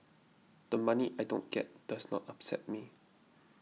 the money I don't get does not upset me